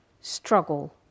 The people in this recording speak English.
struggle